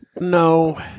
no